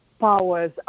powers